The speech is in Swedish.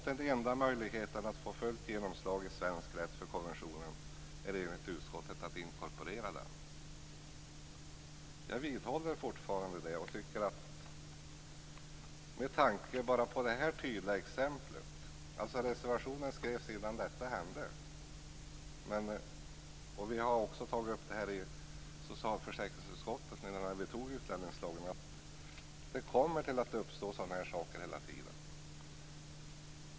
Den enda möjligheten att få fullt genomslag i svensk rätt för konventionen är enligt utskottet att inkorporera den. Jag vidhåller fortfarande det. Med tanke på det tydliga exempel som gavs - reservationen skrevs innan detta hände - och att vi också har tagit upp det här i socialförsäkringsutskottet när vi antog utlänningslagen menar jag att det kommer att uppstå sådana här saker hela tiden.